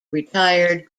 retired